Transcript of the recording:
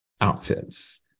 outfits